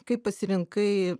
kaip pasirinkai